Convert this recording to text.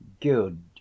Good